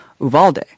Uvalde